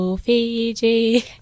Fiji